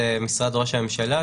אתם מטילים חובה על המאסדר,